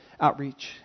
outreach